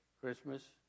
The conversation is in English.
Christmas